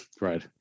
right